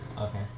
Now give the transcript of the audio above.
Okay